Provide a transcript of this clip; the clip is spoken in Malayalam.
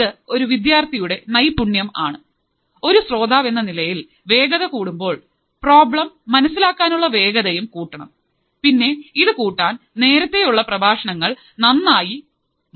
ഇത് ഒരു വിദ്യാർഥിയുടെ നൈപുണ്യം ആണ് ഒരു ശ്രോതാവ് എന്ന നിലയിൽ വേഗത കൂട്ടുമ്പോൾ പ്രോബ്ലം മനസ്സിലാക്കാനുള്ള വേഗതയും കൂട്ടണം പിന്നെ ഇതു കൂട്ടാൻ നേരത്തെ ഉള്ള പ്രഭാഷണങ്ങൾ നന്നായി മനസ്സിലാക്കണം